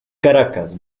caracas